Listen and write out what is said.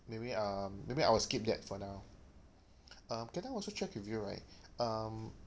maybe um maybe I'll skip that for now um can I also check with you right um